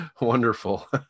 Wonderful